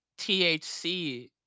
THC